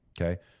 Okay